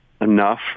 enough